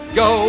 go